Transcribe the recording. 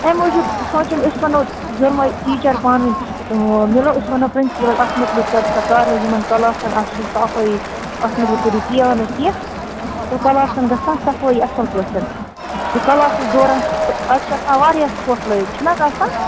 اَمہِ موٗجوٗب سونٛچُم أسۍ وَنو دۄنوَے ٹیٖچَر پانہٕ وٲنۍ میلو أسۍ وَنو پِرٛنسِپُلَس اَتھ متعلِق کر سا کاروٲیی یِمَن کَلاسَن اَتھ چھُنہٕ صفٲیی اَتھ مُتعلِق کٔرِو پِیانُک کیٚنٛہہ تہٕ کلاسَن گژھ صاف صفٲیی اَصٕل پٲٹھۍ تہٕ کَلاسَس دوران اَتہِ چھُ آسان واریاہ ژھۄٹھ لٲیِتھ چھُنہٕ حظ آسان